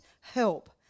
help